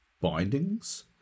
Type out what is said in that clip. bindings